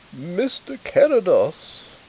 mr. carrados,